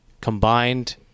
combined